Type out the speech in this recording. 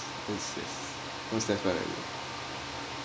yes yes yes most definitely